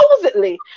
supposedly